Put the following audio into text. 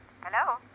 Hello